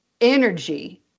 energy